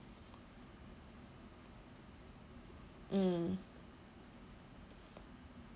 mm